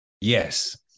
yes